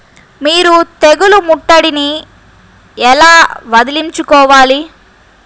మీరు తెగులు ముట్టడిని ఎలా వదిలించుకోవాలి?